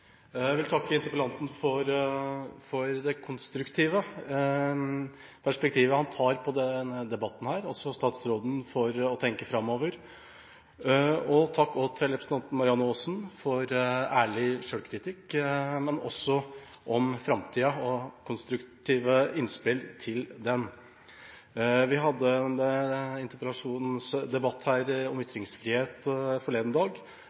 Jeg vil takke interpellanten for det konstruktive perspektivet han har i denne debatten, og også statsråden for å tenke framover. Takk også til representanten Marianne Aasen for ærlig selvkritikk, men også for konstruktive innspill om framtida. Vi hadde en interpellasjonsdebatt her om ytringsfrihet forleden dag,